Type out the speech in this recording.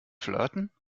flirten